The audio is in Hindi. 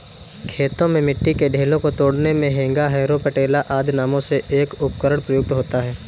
खेतों में मिट्टी के ढेलों को तोड़ने मे हेंगा, हैरो, पटेला आदि नामों से एक उपकरण प्रयुक्त होता है